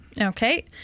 Okay